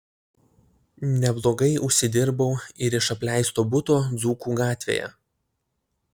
neblogai užsidirbau ir iš apleisto buto dzūkų gatvėje